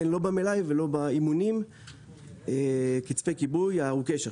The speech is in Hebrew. במלאי ולא באימונים קצפי כיבוי ארוכי שרשרת.